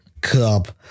Cup